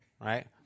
right